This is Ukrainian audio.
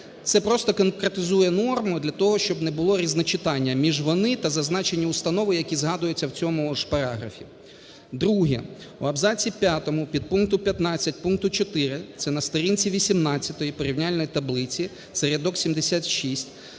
Це просто конкретизує норму, для того щоб не було різночитання між "вони" та "зазначені установи", які згадуються в цьому ж параграфі. Друге. У абзаці п'ятому підпункту 15 пункту 4 (це на сторінці 18 порівняльної таблиці, це рядок 76)